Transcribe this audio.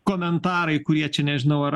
komentarai kurie čia nežinau ar